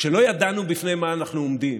כשלא ידענו בפני מה אנחנו עומדים,